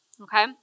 okay